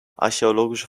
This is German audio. archäologische